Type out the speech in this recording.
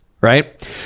right